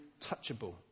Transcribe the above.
touchable